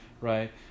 right